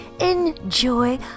Enjoy